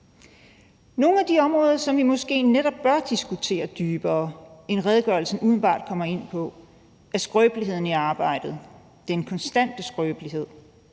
Nogle af de områder, som vi måske netop bør diskutere dybere, end redegørelsen umiddelbart gør, er skrøbeligheden i arbejdet, den konstante skrøbelighed.